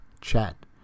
chat